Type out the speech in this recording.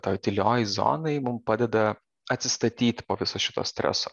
toj tyliojoj zonoj ji mum padeda atsistatyt po viso šito streso